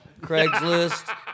Craigslist